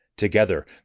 Together